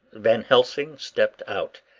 van helsing stepped out,